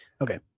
okay